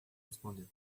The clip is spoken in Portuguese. respondeu